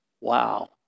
Wow